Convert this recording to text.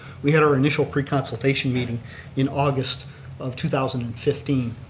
we had our initial pre-consultation meeting in august of two thousand and fifteen,